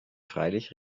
freilich